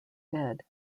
dead